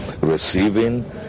receiving